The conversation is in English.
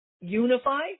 Unify